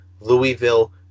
Louisville